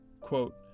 Quote